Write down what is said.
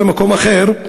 לא למקום אחר,